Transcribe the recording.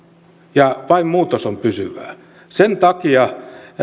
ja vain muutos on pysyvää sen takia